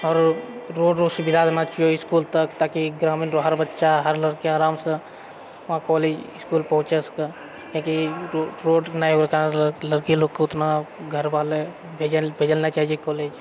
आओर रोड रऽ सुविधा देना चहिए इसकुल तक ताकि ग्रामीण रऽ हर बच्चा हर लड़का आरामसँ वहाँ कॉलेज इसकुल पहुँच सकए काहेकि रोड नहि होइके कारण लड़की लोगके ओतना घर वाले भेजै लए नहि चाहै छै कॉलेज